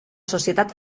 societat